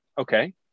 Okay